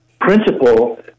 principle